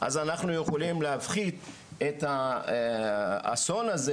אז אנחנו יכולים להפחית את האסון הזהה